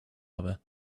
other